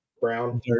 brown